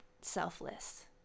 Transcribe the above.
selfless